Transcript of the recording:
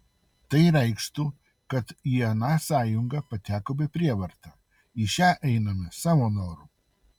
tai reikštų kad į aną sąjungą patekome prievarta į šią einame savo noru